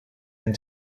and